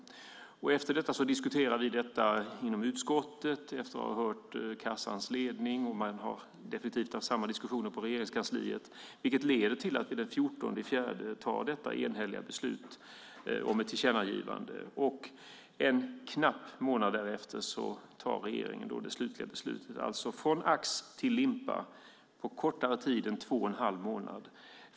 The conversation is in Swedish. Efter detta diskuterade vi saken inom utskottet efter att ha hört kassans ledning. Man förde definitivt samma diskussioner på Regeringskansliet, vilket ledde till att vi den 14 april fattade detta enhälliga beslut om ett tillkännagivande. Knappt en månad därefter fattade regeringen det slutgiltiga beslutet. Man gick alltså från ax till limpa på kortare tid än två och en halv månad.